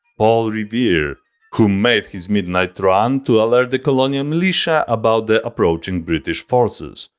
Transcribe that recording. paul revere who made his midnight run to alert the colonial militia about the approaching british forces.